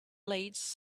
blades